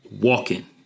walking